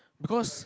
because